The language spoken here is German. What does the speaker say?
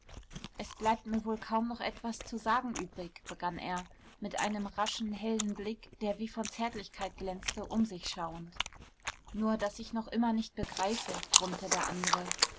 es bleibt mir wohl kaum noch etwas zu sagen übrig begann er mit einem raschen hellen blick der wie von zärtlichkeit glänzte um sich schauend nur daß ich noch immer nicht begreife brummte der andere